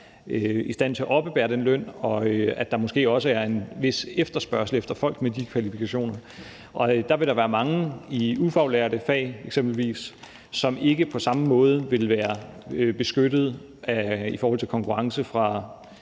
i stand til at oppebære den løn, og der er måske også en vis efterspørgsel efter folk med de kvalifikationer. Og der vil der være mange i ufaglærte fag eksempelvis, som ikke på samme måde vil være beskyttede i forhold til konkurrence fra